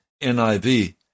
NIV